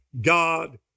God